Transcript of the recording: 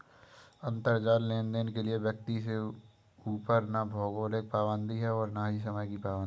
अंतराजाल लेनदेन के लिए व्यक्ति के ऊपर ना भौगोलिक पाबंदी है और ना ही समय की पाबंदी है